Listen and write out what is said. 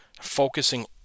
focusing